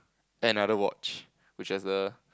another watch which has the